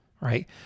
right